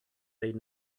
they